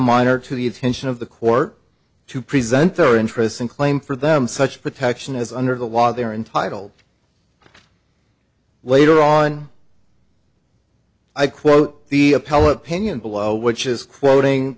minor to the attention of the court to present their interests and claim for them such protection is under the law they are entitled later on i quote the appellate pinion below which is quoting